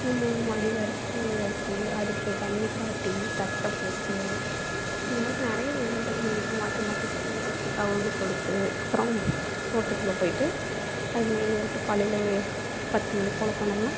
அந்த மூணு மாடையும் வரிசையாக நிறுத்தி அதுக்கு தண்ணி காட்டி தட்டை போட்டு இந்த மாதிரி நிறைய வேலைகள் எங்கள் வீட்டில் மாற்றி மாற்றி செய்வோம் அதுக்கு தவிடு கொடுத்து அப்புறம் தோட்டத்தில் போய்விட்டு அதை மேயவிட்டு காலையில் ஒரு பத்து மணி போல் போனோம்னால்